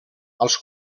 als